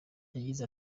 yagize